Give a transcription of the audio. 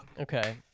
Okay